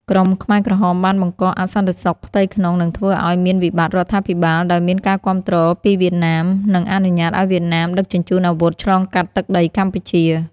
ក្រុមខ្មែរក្រហមបានបង្កអសន្តិសុខផ្ទៃក្នុង និងធ្វើឲ្យមានវិបត្តិរដ្ឋាភិបាល ដោយមានការគាំទ្រពីវៀតណាម និងអនុញ្ញាតឲ្យវៀតណាមដឹកជញ្ជូនអាវុធឆ្លងកាត់ទឹកដីកម្ពុជា។